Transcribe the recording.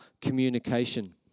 communication